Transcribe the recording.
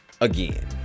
again